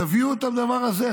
תביאו את הדבר הזה.